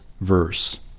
verse